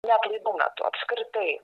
ne atlaidų metu apskritai